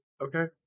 Okay